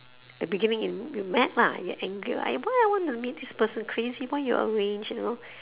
the beginning you you met lah you angry [what] !aiya! why I want to meet this person crazy why you arrange you know